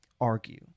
argue